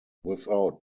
without